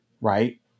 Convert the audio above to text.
right